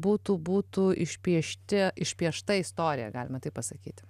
būtų būtų išpiešti išpiešta istorija galima taip pasakyti